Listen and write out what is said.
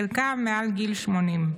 שחלקם מעל גיל 80,